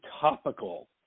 topical